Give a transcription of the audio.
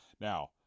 now